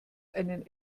einen